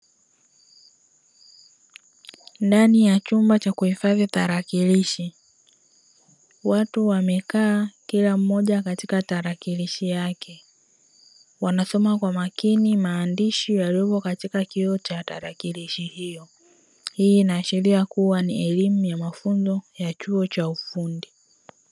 Ndani ya chumba cha kuhifadhi tarakilishi, watu wamekaa kila mmoja katika tarakilishi yake, wanasoma kwa makini maandishi yaliyopo katika kioo cha tarakilishi hiyo, hii inaashiria kuwa ni elimu ya mafunzo ya chuo cha ufundi.